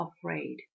afraid